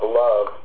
love